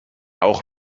auch